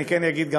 אני כן אגיד,